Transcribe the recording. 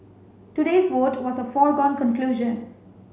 today's vote was a foregone conclusion